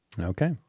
Okay